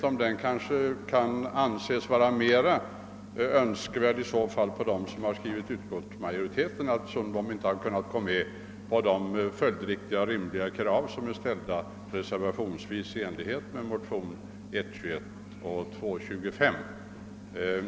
En omvändelse kan måhända anses vara mera önskvärd för dem som tillhör utskottsmajoriteten, eftersom de inte kunnat gå med på de följdriktiga och rimliga krav som nu reservationsvis framförts på basis av motionerna I: 21 och II: 25.